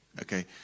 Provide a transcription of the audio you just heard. Okay